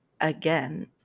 again